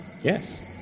Yes